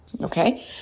Okay